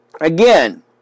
again